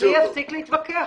אדוני יפסיק להתווכח.